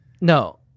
No